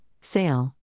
Sale